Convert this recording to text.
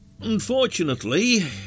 Unfortunately